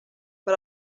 per